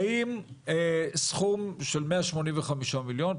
האם סכום של מאה שמונים וחמישה מיליון,